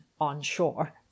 onshore